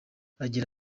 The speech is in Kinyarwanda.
agira